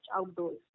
outdoors